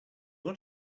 want